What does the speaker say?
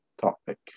topic